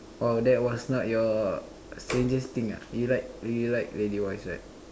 oh that was not your strangest thing ah you like you like lady voice right